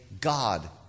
God